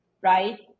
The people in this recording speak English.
Right